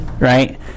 Right